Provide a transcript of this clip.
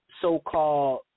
so-called